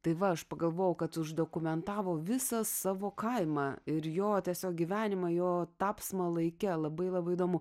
tai va aš pagalvojau kad uždokumentavo visą savo kaimą ir jo tiesiog gyvenimą jo tapsmą laike labai labai įdomu